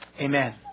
Amen